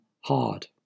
hard